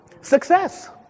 Success